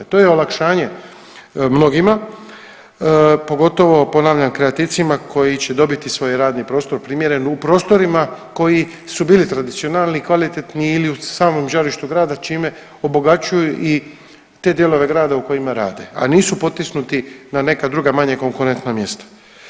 To je olakšanje mnogima, pogotovo ponavljam kreativcima koji će dobiti svoj radni prostor primjeren u prostorima koji su bili tradicionalni i kvalitetni ili u samom žarištu grada čime obogaćuju i te dijelove grada u kojima rade, a nisu potisnuti na neka druga manje konkurentna mjesta.